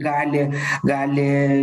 gali gali